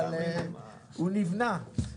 הוא נבנה.